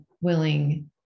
willing